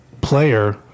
player